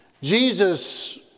Jesus